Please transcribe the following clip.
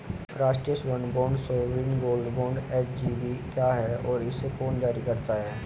राष्ट्रिक स्वर्ण bond sovereign gold bond SGB क्या है और इसे कौन जारी करता है?